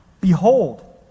Behold